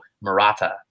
Murata